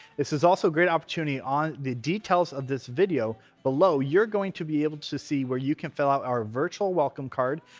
this is also a great opportunity on the details of this video below you're going to be able to see where you can fill out our virtual welcome card,